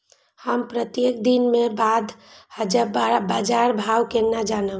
हम प्रत्येक दिन के बाद बाजार भाव केना जानब?